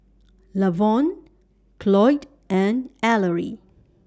Lavon Cloyd and Ellery